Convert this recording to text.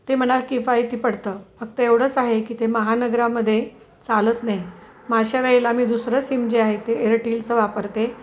ते मला किफायती की पडतं फक्त एवढंच आहे की ते महानगरामध्ये चालत नाही मग अशा वेळेला मी दुसरं सिम जे आहे ते एअरटेलचं वापरते